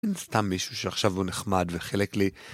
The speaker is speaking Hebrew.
סתם מישהו שעכשיו הוא נחמד וחילק לי